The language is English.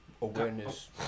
awareness